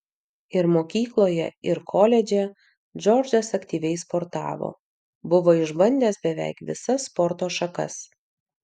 ir mokykloje ir koledže džordžas aktyviai sportavo buvo išbandęs beveik visas sporto šakas